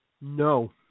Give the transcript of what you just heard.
No